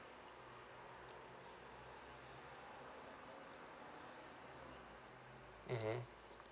mmhmm